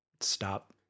stop